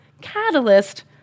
catalyst